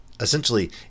essentially